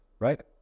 right